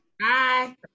Bye